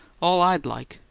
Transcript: all i'd like,